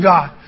God